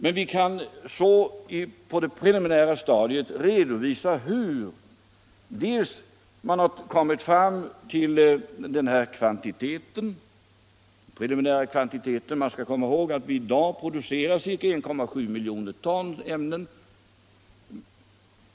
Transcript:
Men vi kan på detta preliminära stadium redovisa hur man kommit fram till denna kvantitet — vi skall komma ihåg att NJA i dag har en produktionskapacitet om ca 1,7 miljoner ton ämnen.